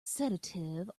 sedative